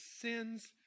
sin's